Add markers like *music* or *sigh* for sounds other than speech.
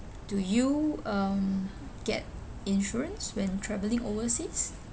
do you um *breath* get insurance when travelling overseas